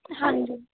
ਹਾਂਜੀ